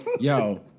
Yo